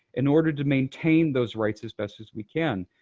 in order to maintain those rights as best as we can.